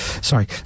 Sorry